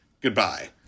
Goodbye